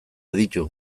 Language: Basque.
aditu